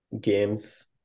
games